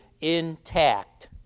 intact